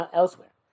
elsewhere